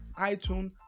iTunes